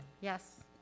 Yes